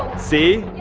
see?